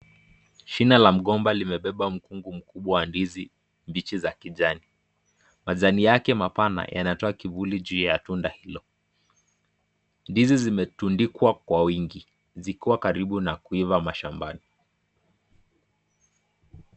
Shina la mgomba limebeba mkungu mkubwa wa ndizi mbichi za kijani. Majani yake mapana yanatoa kivuli juu ya tunda hilo. Ndizi zimetundikwa kwa wingi vikiwa karibu na kuiva mshambani.